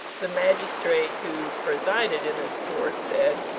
the magistrate who presided in this court said,